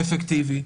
האפקטיבי,